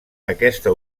aquesta